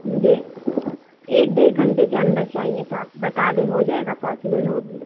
مجھے ایک ڈیرھ گھنٹے کے اندر چاہیے تو آپ بتا دیں ہو جائے گا پاسبل ہوگی